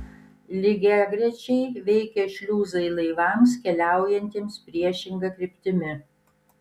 lygiagrečiai veikia šliuzai laivams keliaujantiems priešinga kryptimi